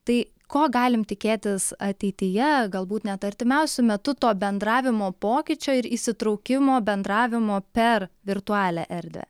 tai ko galim tikėtis ateityje galbūt net artimiausiu metu to bendravimo pokyčio ir įsitraukimo bendravimo per virtualią erdvę